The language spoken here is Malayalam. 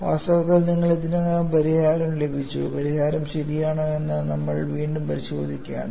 വാസ്തവത്തിൽ നിങ്ങൾക്ക് ഇതിനകം പരിഹാരം ലഭിച്ചു പരിഹാരം ശരിയാണോ എന്ന് നമ്മൾ വീണ്ടും പരിശോധിക്കുകയാണ്